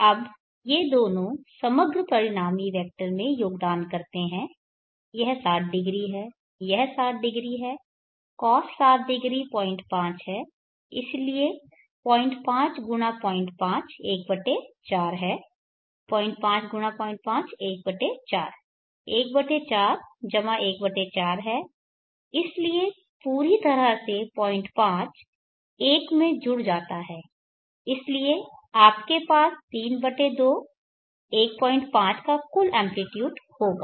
अब ये दोनों समग्र परिणामी वेक्टर में योगदान करते हैं यह 60 डिग्री है यह 60 डिग्री cos 60 05 है इसलिए 05 गुणा 05 14 है 05 गुणा 05 14 14 जमा 14 है इसलिए पूरी तरह से 05 एक में जुड़ जाता है इसलिए आपके पास 32 15 का कुल एम्प्लीट्यूड होगा